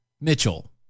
Mitchell